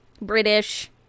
British